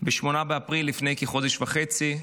ב-8 באפריל, לפני כחודש וחצי.